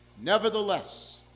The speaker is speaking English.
Nevertheless